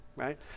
Right